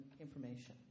information